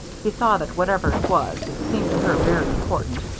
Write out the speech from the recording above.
he saw that, whatever it was, it seemed to her very important,